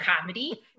comedy